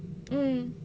mm